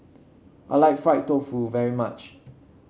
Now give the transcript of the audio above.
I like Fried Tofu very much